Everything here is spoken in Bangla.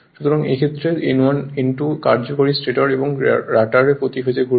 সুতরাং এই ক্ষেত্রে যেখানে N1 N2 কার্যকরী স্টেটর এবং রটার প্রতি ফেজে ঘুরবে